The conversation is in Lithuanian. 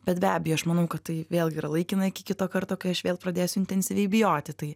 bet be abejo aš manau kad tai vėlgi yra laikina iki kito karto kai aš vėl pradėsiu intensyviai bijoti tai